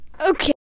Okay